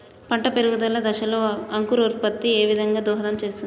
పంట పెరుగుదల దశలో అంకురోత్ఫత్తి ఏ విధంగా దోహదం చేస్తుంది?